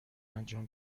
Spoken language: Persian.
انجام